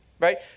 right